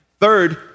Third